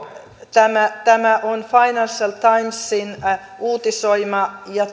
tämä tämä on financial timesin uutisoima ja